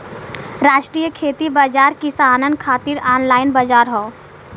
राष्ट्रीय खेती बाजार किसानन खातिर ऑनलाइन बजार हौ